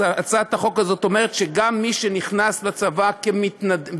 אז הצעת החוק הזאת אומרת שגם מי שנכנס לצבא בהתנדבות,